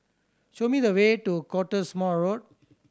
show me the way to Cottesmore Road